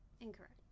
Incorrect